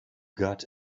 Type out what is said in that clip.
got